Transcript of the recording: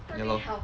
ya lor